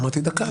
אמרתי דקה.